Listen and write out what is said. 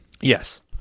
Yes